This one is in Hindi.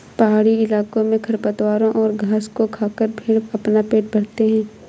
पहाड़ी इलाकों में खरपतवारों और घास को खाकर भेंड़ अपना पेट भरते हैं